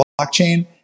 blockchain